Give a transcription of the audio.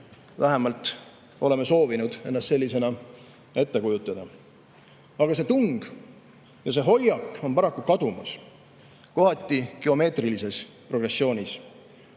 Vähemalt oleme soovinud ennast sellisena ette kujutada. Aga see tung ja see hoiak on paraku kadumas, kohati geomeetrilises progressioonis.